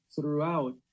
throughout